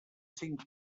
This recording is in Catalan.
cinc